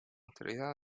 autoridad